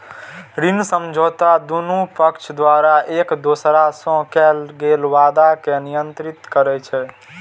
ऋण समझौता दुनू पक्ष द्वारा एक दोसरा सं कैल गेल वादा कें नियंत्रित करै छै